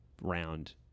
round